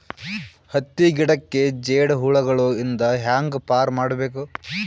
ಹತ್ತಿ ಗಿಡಕ್ಕೆ ಜೇಡ ಹುಳಗಳು ಇಂದ ಹ್ಯಾಂಗ್ ಪಾರ್ ಮಾಡಬೇಕು?